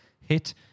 hit